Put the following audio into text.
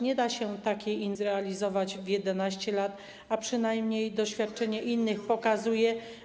Nie da się takiej inwestycji zrealizować w 11 lat, a przynajmniej doświadczenie innych pokazuje.